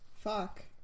Fuck